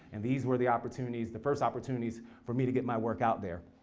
and these were the opportunities, the first opportunities for me to get my work out there.